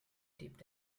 dipped